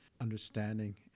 understanding